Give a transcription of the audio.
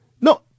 No